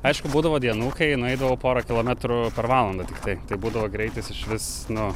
aišku būdavo dienų kai nueidavau porą kilometrų per valandą tiktai tai būdavo greitis išvis nu